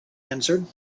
answered